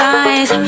eyes